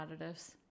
additives